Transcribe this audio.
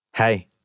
Hey